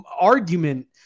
argument